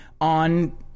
on